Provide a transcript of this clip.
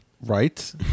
right